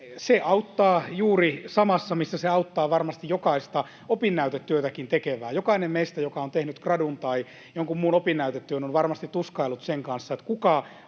Se auttaa juuri samassa, missä se auttaa varmasti jokaista opinnäytetyötäkin tekevää: jokainen meistä, joka on tehnyt gradun tai jonkun muun opinnäytetyön, on varmasti tuskaillut sen kanssa, että kukahan